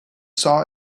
saw